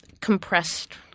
Compressed